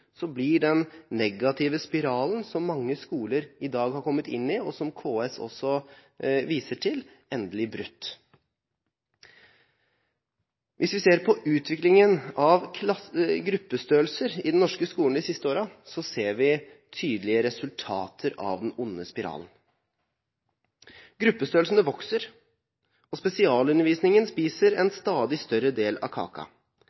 den negative spiralen, som mange skoler i dag har kommet inn i, og som KS også viser til, endelig bli brutt. Hvis vi ser på utviklingen av gruppestørrelser i den norske skolen de siste årene, ser vi tydelige resultater av den onde spiralen. Gruppestørrelsene vokser, og spesialundervisningen spiser en stadig større del av